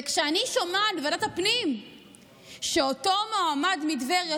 וכשאני שומעת בוועדת הפנים שאותו מועמד מטבריה,